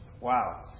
Wow